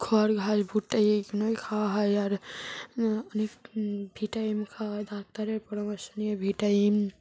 খড় ঘাস ভুট্টা এইগুলোই খাওয়া হয় আর অনেক ভিটামিন খাওয়া হয় ডাক্তারের পরামর্শ নিয়ে ভিটামিন